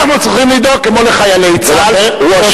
אנחנו